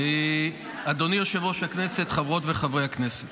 אדוני יושב-ראש הישיבה, חברות וחברי הכנסת,